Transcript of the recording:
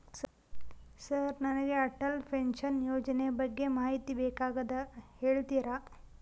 Sir ನನಗೆ Atal pension ಯೋಜನೆ ಬಗ್ಗೆ ಮಾಹಿತಿ ಬೇಕಾಗ್ಯದ ಹೇಳ್ತೇರಾ?